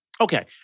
Okay